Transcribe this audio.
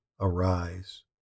arise